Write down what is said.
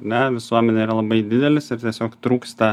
ne visuomenė yra labai didelis ar tiesiog trūksta